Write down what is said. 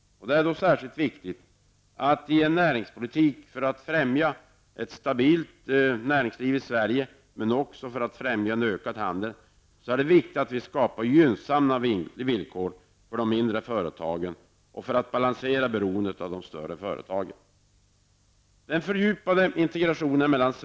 Det är då särskilt viktigt med en näringspolitik som främjar ett stabilt näringsliv i Sverige men som också främjar en ökad handel. Det är därvid viktigt att vi skapar gynnsamma villkor för de mindre företagen och balanserar beroendet av de större företagen.